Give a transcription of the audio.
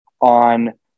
on